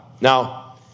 Now